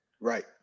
Right